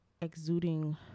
exuding